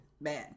bad